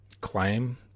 claim